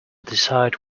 decide